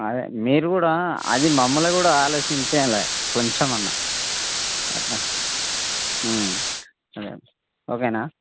అదే మీరు కూడా అది మమ్ములని కూడా ఆలోచించాలి కొంచమన్నా అదే ఓకేనా